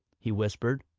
he whispered.